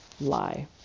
lie